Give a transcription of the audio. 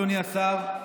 אדוני השר,